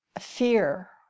fear